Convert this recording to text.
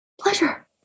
Pleasure